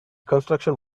construction